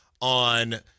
on